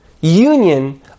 union